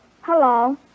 Hello